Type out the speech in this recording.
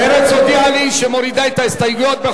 מרצ הודיעה לי שהיא מורידה את ההסתייגויות.